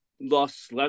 lost